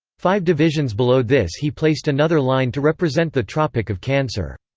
five divisions below this he placed another line to represent the tropic of cancer.